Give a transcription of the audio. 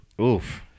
Oof